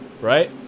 right